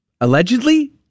Allegedly